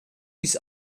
bis